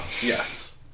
Yes